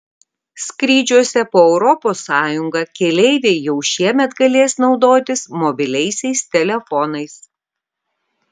skrydžiuose po europos sąjungą keleiviai jau šiemet galės naudotis mobiliaisiais telefonais